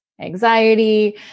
anxiety